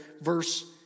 verse